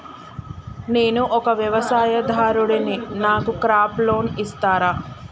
నేను ఒక వ్యవసాయదారుడిని నాకు క్రాప్ లోన్ ఇస్తారా?